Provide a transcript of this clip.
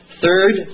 Third